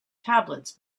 tablets